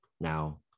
Now